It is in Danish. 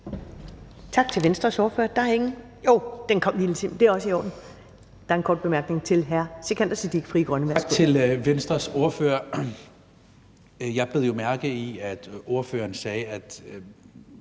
Tak til Venstres ordfører. Jeg bed jo mærke i, at ordføreren sagde, at